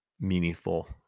meaningful